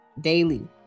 daily